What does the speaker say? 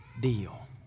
deal